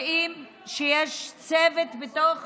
אנחנו יודעים שיש צוות בתוך